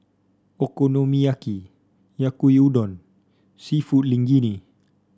Okonomiyaki Yaki Udon seafood Linguine